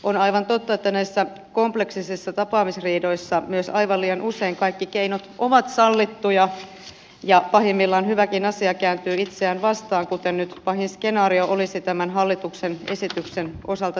on aivan totta että näissä kompleksisissa tapaamisriidoissa myös aivan liian usein kaikki keinot ovat sallittuja ja pahimmillaan hyväkin asia kääntyy itseään vastaan kuten nyt pahin skenaario olisi tämän hallituksen esityksen osalta tietyiltä osin